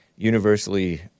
Universally